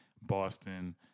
Boston